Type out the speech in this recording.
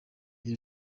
iri